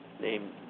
named